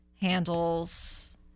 handles